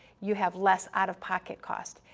you have less out-of-pocket cost,